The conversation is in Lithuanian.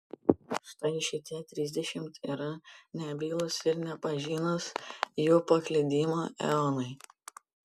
štai šitie trisdešimt yra nebylūs ir nepažinūs jų paklydimo eonai